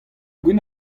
gwin